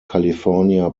california